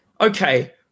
okay